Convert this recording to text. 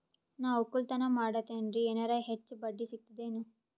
ನಾ ಒಕ್ಕಲತನ ಮಾಡತೆನ್ರಿ ಎನೆರ ಹೆಚ್ಚ ಬಡ್ಡಿ ಸಿಗತದೇನು?